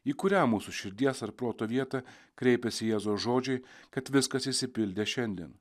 į kurią mūsų širdies ar proto vietą kreipiasi jėzaus žodžiai kad viskas išsipildė šiandien